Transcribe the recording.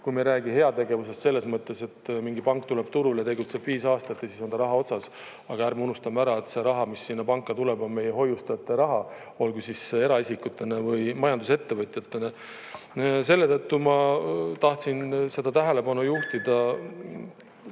kui me ei räägi heategevusest selles mõttes, et mingi pank tuleb turule, tegutseb viis aastat ja siis on ta raha otsas. Aga ärme unustame ära, et see raha, mis sinna panka tuleb, on meie hoiustajate raha, olgu siis eraisikutena või majandusettevõtjatena. Selle tõttu ma tahtsin tähelepanu juhtida.